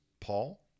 Paul